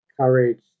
courage